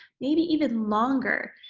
maybe even longer,